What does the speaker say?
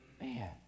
man